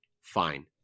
fine